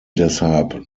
deshalb